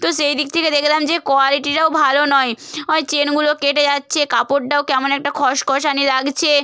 তো সেই দিক থেকে দেখলাম যে কোয়ালিটিটাও ভালো নয় অয় চেনগুলো কেটে যাচ্ছে কাপড়টাও কেমন একটা খসখসানি লাগছে